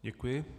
Děkuji.